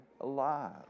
alive